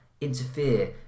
interfere